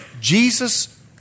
Jesus